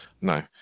No